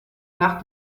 nach